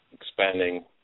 expanding